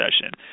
session